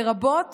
לרבות